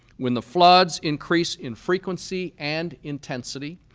when the floods increase in frequency and intensity,